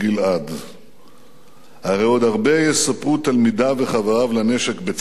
הרי עוד הרבה יספרו תלמידיו וחבריו לנשק בצה"ל,/